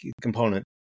component